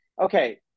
Okay